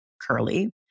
curly